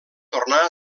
tornar